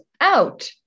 out